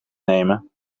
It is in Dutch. nemen